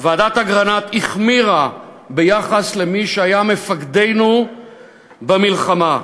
ועדת אגרנט החמירה ביחס למי שהיה מפקדנו במלחמה,